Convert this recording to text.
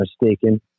mistaken